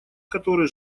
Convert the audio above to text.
который